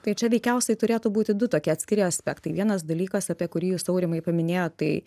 tai čia veikiausiai turėtų būti du tokie atskiri aspektai vienas dalykas apie kurį jūs aurimai paminėjot tai